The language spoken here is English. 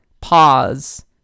pause